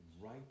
right